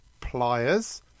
Pliers